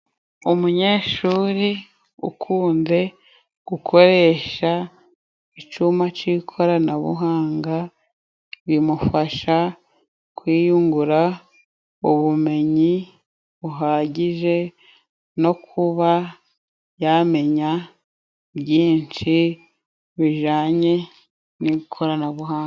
Umunyeshuri ukunze gukoresha icuma c'ikoranabuhanga, bimufasha kwiyungura ubumenyi buhagije no kuba yamenya byinshi bijanye n'ikoranabuhanga.